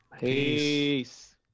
Peace